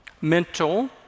mental